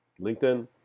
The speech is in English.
LinkedIn